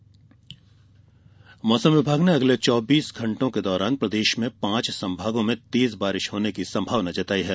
मौसम बारिश मौसम विभाग ने अगले चौबीस घण्टों के दौरान प्रदेश के पांच सम्भागों में तेज बारिश होने की सम्भावना जताई है